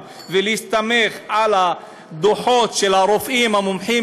ולהסתמך על הדוחות של הרופאים המומחים